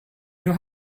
know